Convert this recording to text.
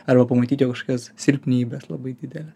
arba pamatyt jo kažkokias silpnybes labai didelę